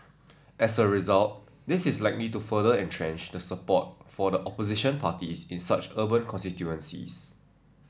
as a result this is likely to further entrench the support for the opposition parties in such urban constituencies